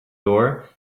door